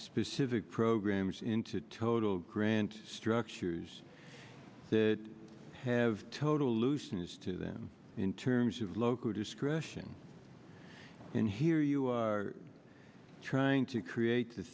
specific programs into total grant structures that have total looseness to them in terms of local discretion and here you are trying to create the